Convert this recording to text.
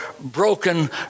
broken